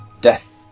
death